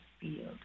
field